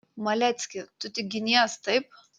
malecki tu tik ginies taip